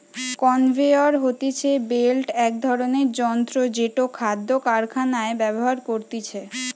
conveyor হতিছে belt এক ধরণের যন্ত্র জেটো খাদ্য কারখানায় ব্যবহার করতিছে